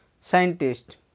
scientist